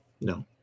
No